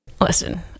Listen